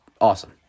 awesome